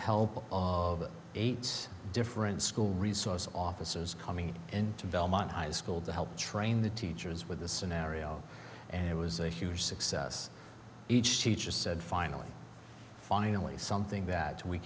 help of eight different school resource officers coming into belmont high school to help train the teachers with this scenario and it was a huge success each teacher said finally finally something that we